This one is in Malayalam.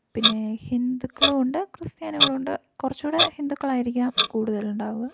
പിന്നേ ഹിന്ദുക്കളും ഉണ്ട് ക്രിസ്ത്യാനികളും ഉണ്ട് കുറച്ചുകൂടെ ഹിന്ദുക്കളായിരിക്കാം കൂടുതലുണ്ടാവുക